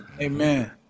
Amen